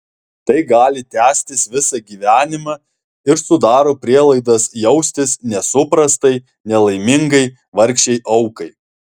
tai gali tęstis visą gyvenimą ir sudaro prielaidas jaustis nesuprastai nelaimingai vargšei aukai